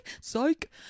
Psych